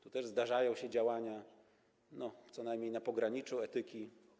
Tu też zdarzają się działania co najmniej na pograniczu etyki.